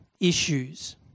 issues